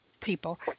people